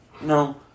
No